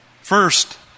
First